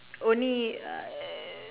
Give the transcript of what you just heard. only err